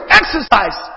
exercise